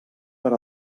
per